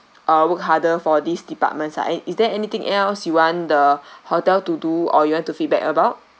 uh work harder for this departments ah and is there anything else you want the hotel to do or you want to feedback about